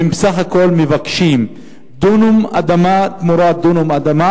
בסך הכול הם מבקשים דונם תמורת דונם אדמה,